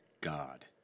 God